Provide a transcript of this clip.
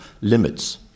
limits